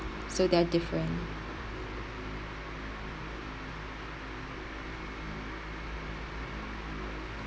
so that different